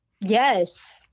Yes